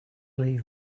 leave